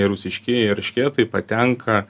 rusiškieji eršketai patenka